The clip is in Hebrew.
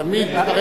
תמיד דברי,